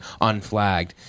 unflagged